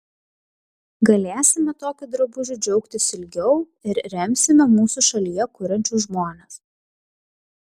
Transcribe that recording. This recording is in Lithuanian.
galėsime tokiu drabužiu džiaugtis ilgiau ir remsime mūsų šalyje kuriančius žmones